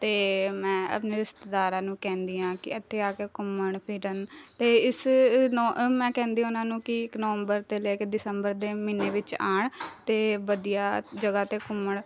ਅਤੇ ਮੈਂ ਆਪਣੇ ਰਿਸ਼ਤੇਦਾਰਾਂ ਨੂੰ ਕਹਿੰਦੀ ਹਾਂ ਕਿ ਇੱਥੇ ਆ ਕੇ ਘੁੰਮਣ ਫਿਰਨ ਅਤੇ ਇਸ ਨ ਮੈਂ ਕਹਿੰਦੀ ਉਹਨਾਂ ਨੂੰ ਕਿ ਇੱਕ ਨਵੰਬਰ ਤੋਂ ਲੈ ਕੇ ਦਸੰਬਰ ਦੇ ਮਹੀਨੇ ਵਿੱਚ ਆਉਣ ਅਤੇ ਵਧੀਆ ਜਗ੍ਹਾ 'ਤੇ ਘੁੰਮਣ